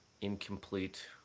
incomplete